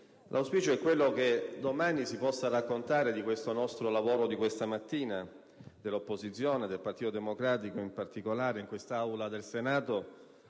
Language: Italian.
auspicio, ossia che domani si possa raccontare del lavoro di questa mattina dell'opposizione, del Partito Democratico in particolare, nell'Aula del Senato